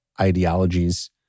ideologies